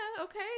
okay